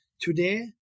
today